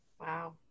Wow